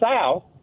South